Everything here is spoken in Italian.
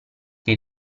che